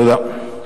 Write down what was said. תודה.